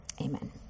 amen